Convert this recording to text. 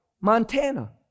Montana